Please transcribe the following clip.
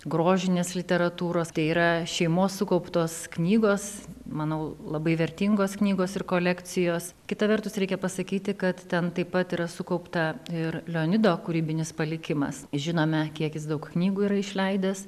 grožinės literatūros tai yra šeimos sukauptos knygos manau labai vertingos knygos ir kolekcijos kita vertus reikia pasakyti kad ten taip pat yra sukaupta ir leonido kūrybinis palikimas žinome kiek jis daug knygų yra išleidęs